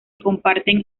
comparten